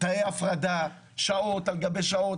תאי הפרדה, שעות על גבי שעות.